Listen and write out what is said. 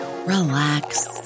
Relax